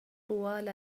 طوال